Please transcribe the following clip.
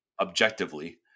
objectively